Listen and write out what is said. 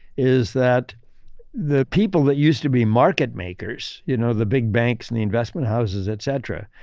is that the people that used to be market makers, you know the big banks and the investment houses, et cetera,